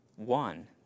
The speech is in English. one